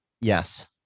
Yes